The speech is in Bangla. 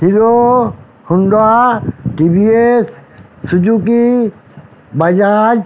hero Honda TVS Suzuki Bajaj